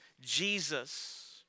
Jesus